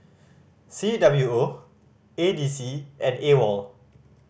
C W O A D C and AWOL